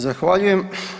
Zahvaljujem.